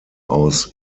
aus